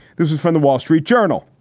this is from the wall street journal.